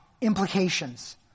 implications